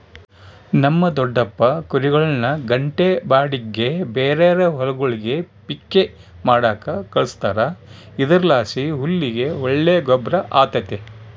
ನಮ್ ದೊಡಪ್ಪ ಕುರಿಗುಳ್ನ ಗಂಟೆ ಬಾಡಿಗ್ಗೆ ಬೇರೇರ್ ಹೊಲಗುಳ್ಗೆ ಪಿಕ್ಕೆ ಮಾಡಾಕ ಕಳಿಸ್ತಾರ ಇದರ್ಲಾಸಿ ಹುಲ್ಲಿಗೆ ಒಳ್ಳೆ ಗೊಬ್ರ ಆತತೆ